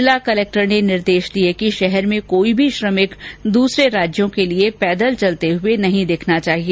जिला कलक्टर ने निर्देश दिए कि शहर में कोई भी श्रमिक दूसरे राज्यों के लिए पैदल चलते हुए नहीं दिखना चाहिए